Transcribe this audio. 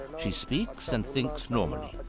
she speaks and thinks normally.